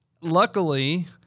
luckily